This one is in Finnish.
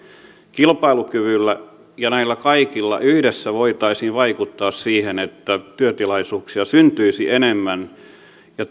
kilpailukyvyllä ja näillä kaikilla yhdessä voitaisiin vaikuttaa siihen että työtilaisuuksia syntyisi enemmän ja